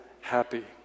happy